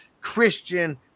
Christian